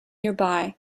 nearby